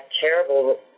terrible